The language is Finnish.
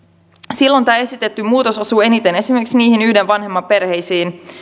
silloin tämä esitetty muutos osuu eniten esimerkiksi niihin yhden vanhemman perheisiin